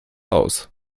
aus